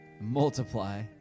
multiply